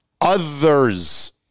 Others